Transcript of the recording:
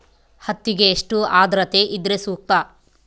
ಹತ್ತಿಗೆ ಎಷ್ಟು ಆದ್ರತೆ ಇದ್ರೆ ಸೂಕ್ತ?